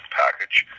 package